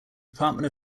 department